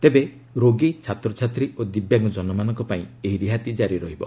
ତେବେ ରୋଗୀ ଛାତ୍ରଛାତ୍ରୀ ଓ ଦିବ୍ୟାଙ୍ଗଜନମାନଙ୍କ ପାଇଁ ଏହି ରିହାତି କାରି ରହିବ